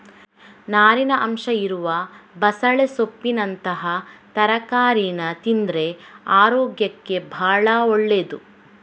ನಾರಿನ ಅಂಶ ಇರುವ ಬಸಳೆ ಸೊಪ್ಪಿನಂತಹ ತರಕಾರೀನ ತಿಂದ್ರೆ ಅರೋಗ್ಯಕ್ಕೆ ಭಾಳ ಒಳ್ಳೇದು